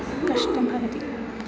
कष्टं भवति